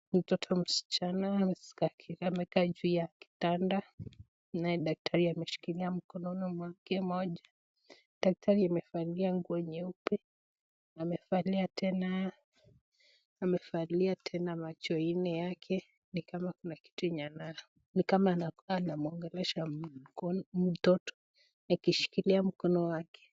Mtoto msichana amekaa juu ya kitanda na daktari amemshikilia mkononi mwake mmoja. Daktari amevalia nguo nyeupe, amevalia tena amevalia tena macho nne yake. Ni kama kuna kitu ana. Ni kama anamuongelesha mtoto akishikilia mkono wake.